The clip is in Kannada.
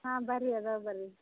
ಹಾಂ ಬನ್ರಿ ಇದಾವೆ ಬನ್ರಿ